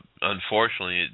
unfortunately